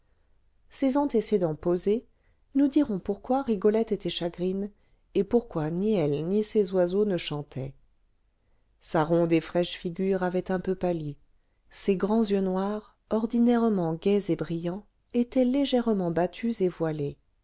ces antécédents posés nous dirons pourquoi rigolette était chagrine et pourquoi ni elle ni ses oiseaux ne chantaient sa ronde et fraîche figure avait un peu pâli ses grands yeux noirs ordinairement gais et brillants étaient légèrement battus et voilés